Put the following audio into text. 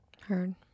Heard